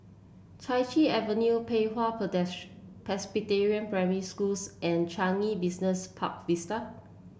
Chai Chee Avenue Pei Hwa Presbyterian Primary School and Changi Business Park Vista